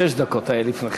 שש דקות היו לפני כן.